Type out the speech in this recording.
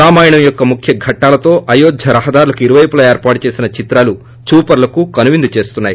రామాయణం యొక్క ముఖ్య ఘట్లాలలో అయోధ్య రహదారులకు ఇరువైపులా ఏర్పాటు చేసిన చిత్రాలు చూపరులకు కనువిందు చేస్తున్నాయి